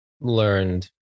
learned